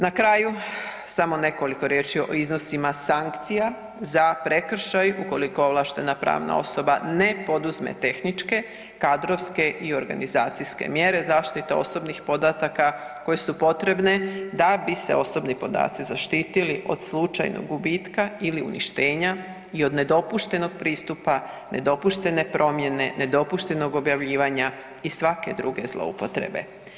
Na kraju samo nekoliko riječi o iznosima sankcija za prekršaj ukoliko ovlaštena pravna osoba ne poduzme tehničke, kadrovske i organizacijske mjere zaštite osobnih podataka koje su potrebne da bi se osobni podaci zaštiti od slučajnog gubitka ili uništenja i od nedopuštenog pristupa, nedopuštene promjene, nedopuštenog objavljivanja i svake druge zloupotrebe.